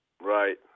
Right